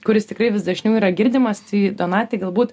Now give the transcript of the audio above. kuris tikrai vis dažniau yra girdimas tai donatai galbūt